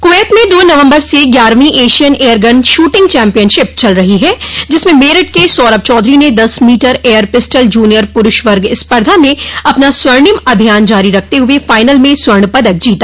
Kuwait में दो नवम्बर से ग्यारहवीं एशियन एयरगन शूटिंग चैम्पियनशिप चल रही है जिसमें मेरठ के सौरभ चौधरी ने दस मीटर एयर पिस्टल जूनियर पुरूष वर्ग स्पर्धा में अपना स्वर्णिम अभियान जारी रखते हुए फाइनल में स्वर्ण पदक जीता